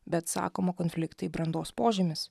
bet sakoma konfliktai brandos požymis